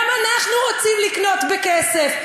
גם אנחנו רוצים לקנות בכסף,